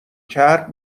کرد